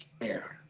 air